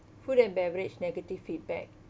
food and beverage negative feedback